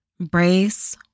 Brace